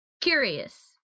curious